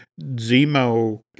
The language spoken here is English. Zemo